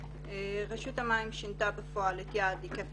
רשות המים שינתה בפועל את יעד היקף